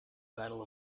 battle